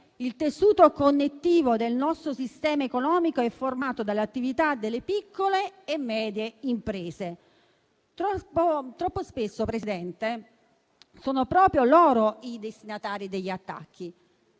il tessuto connettivo del nostro sistema economico è formato dalle attività delle piccole e medie imprese, ma troppo spesso sono proprio loro i destinatari degli attacchi.